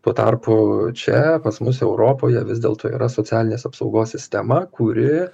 tuo tarpu čia pas mus europoje vis dėlto yra socialinės apsaugos sistema kuri